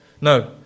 No